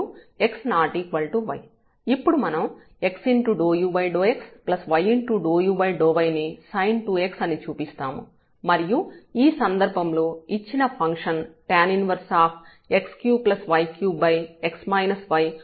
ఇప్పుడు మనం x∂u∂xy∂u∂y ని sin2x అని చూపిస్తాము మరియు ఈ సందర్భంలో ఇచ్చిన ఫంక్షన్ tan 1x3y3x yహోమోజీనియస్ ఫంక్షన్ కాదని గమనించాలి